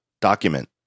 document